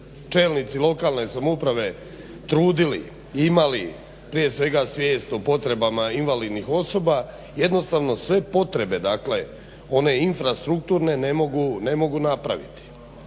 čelnici lokalne samouprave trudili, imali prije svega svijest o potrebama invalidnih osoba, jednostavno sve potrebe dakle one infrastrukturne ne mogu napraviti.